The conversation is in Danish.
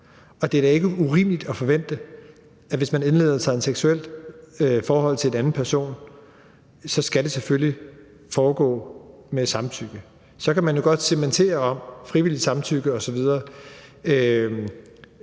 det er da ikke urimeligt at forvente, at hvis man indleder et seksuelt forhold til en anden person, skal det selvfølgelig foregå med samtykke. Så kan man jo godt segmentere det i frivilligt eller samtykke osv.